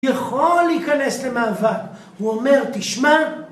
יכול להיכנס למעבר, הוא אומר תשמע